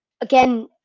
again